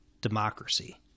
democracy